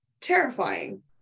terrifying